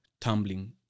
tumbling